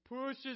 pushes